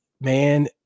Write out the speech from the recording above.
man